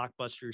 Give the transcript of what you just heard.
blockbusters